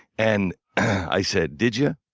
and i said, did you?